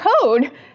code